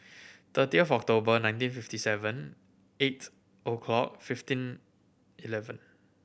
thirty of October nineteen fifty seven eight O' clock fifteen eleven